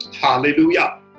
Hallelujah